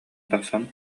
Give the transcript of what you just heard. тахсан